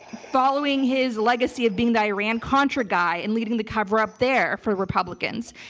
following his legacy of being the iran contra guy and leading the cover up there for republicans,